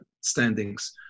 standings